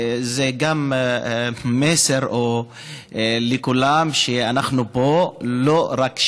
זה גם מסר לכולם שאנחנו פה לא רק,